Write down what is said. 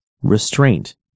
Restraint